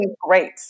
great